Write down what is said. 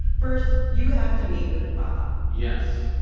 first, you have to meet with bob yes.